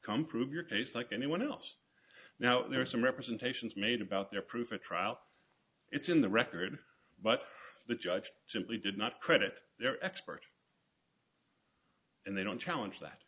come prove your case like anyone else now there are some representations made about their proof a trial it's in the record but the judge simply did not credit their expert and they don't challenge that